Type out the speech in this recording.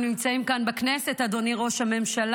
הן נמצאות כאן בכנסת, אדוני ראש הממשלה,